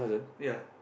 ya